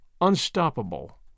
unstoppable